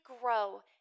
grow